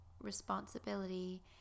responsibility